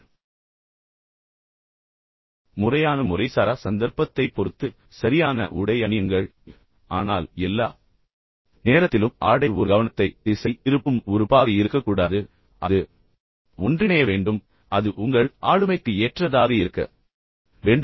எனவே நீங்கள் ஒரு சட்டை மற்றும் ஜீன்ஸில் கூட இருக்கலாம் முறையான முறைசாரா சந்தர்ப்பத்தைப் பொறுத்து சரியான உடை அணியுங்கள் ஆனால் எல்லா நேரத்திலும் ஆடை ஒரு கவனத்தை திசை திருப்பும் உறுப்பாக இருக்கக்கூடாது அது ஒன்றிணைய வேண்டும் அது உங்கள் ஆளுமைக்கு ஏற்றதாக இருக்க வேண்டும்